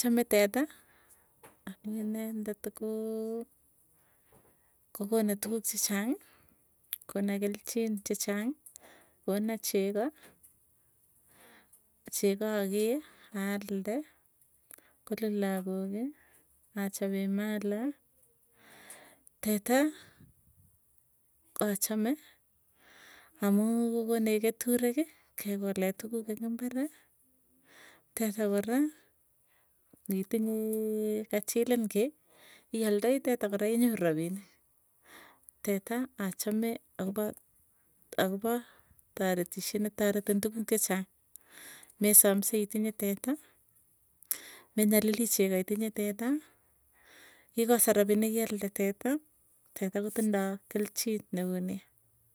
Chame teta amuu inedet koo kokono tukuk chechang, konakelchin chechang kona chegoo, chegoo akee alde koluu lagooki, achapee mala teta achame amuu kokonech ketureki kekolee tukuk eng imbari. Teta kora ngitinye kachilin kiiy ialdai teta kora inyoru rapinik, teta achame akopa akopa taretisyet ne taretin tukun chechang mesamsei itinye teta, menyalili chego itinye teta kekase rapinik kealde teta, teta kotindoo kelchin neoo nea.